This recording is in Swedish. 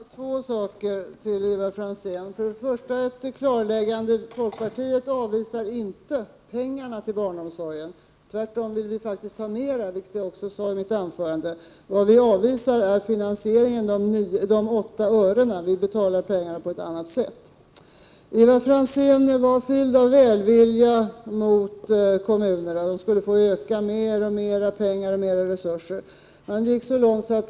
Herr talman! Två saker vill jag ta upp med anledning av vad Ivar Franzén sade. För det första vill jag göra ett klarläggande. Vi i folkpartiet avvisar inte mera pengar till barnomsorgen. Tvärtom vill vi faktiskt att mera pengar anslås till denna, vilket jag också sade i mitt huvudanförande. Vad vi avvisar är finansieringen. Jag tänker då på de 8 örena per skattekrona. Vi väljer att finansiera detta på ett annat sätt. För det andra visade Ivar Franzén idel välvilja gentemot kommunerna. Dessa skulle få expandera och få allt större resurser.